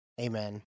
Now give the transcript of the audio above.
amen